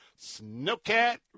Snowcat